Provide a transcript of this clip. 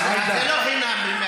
אה, אז זה לא חינם ב-100.